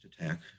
attack